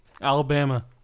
Alabama